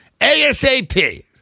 ASAP